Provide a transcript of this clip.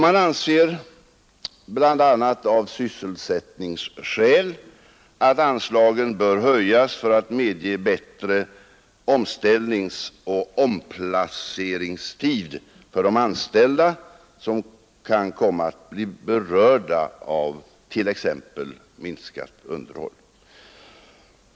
Man anser, bl.a. av sysselsättningsskäl, att anslagen bör höjas för att medge bättre omställningsoch omplaceringstid för de anställda som kan komma att bli berörda av t.ex. minskat underhåll.